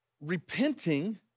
repenting